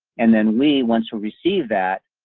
and then we once we receive that,